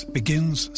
begins